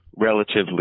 relatively